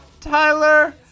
Tyler